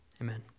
Amen